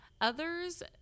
Others